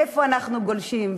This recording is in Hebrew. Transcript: איפה אנחנו גולשים,